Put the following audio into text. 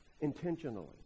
Intentionally